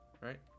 right